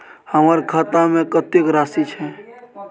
हमर खाता में कतेक राशि छै?